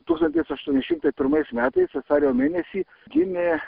tūkstantis aštuoni šimtai pirmais metais vasario mėnesį gimė